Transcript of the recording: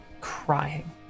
crying